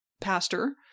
pastor